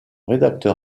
rédacteur